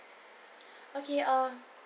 okay uh